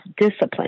discipline